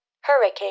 hurricane